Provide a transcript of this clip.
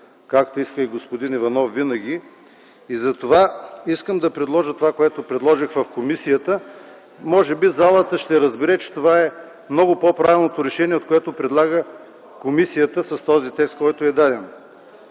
както иска и господин Иванов винаги. Затова искам да предложа това, което предложих в комисията. Може би залата ще разбере, че това е много по-правилното решение, от което предлага комисията, с този текст, който е даден